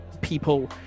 People